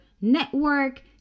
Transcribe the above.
network